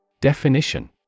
Definition